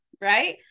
Right